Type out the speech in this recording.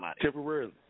Temporarily